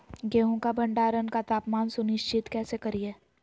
गेहूं का भंडारण का तापमान सुनिश्चित कैसे करिये?